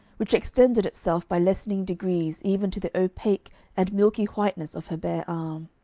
which extended itself by lessening degrees even to the opaque and milky whiteness of her bare arm.